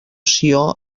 sió